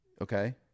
Okay